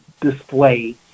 display